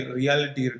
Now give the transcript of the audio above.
reality